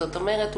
זאת אומרת,